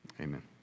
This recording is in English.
Amen